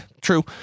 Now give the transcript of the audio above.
true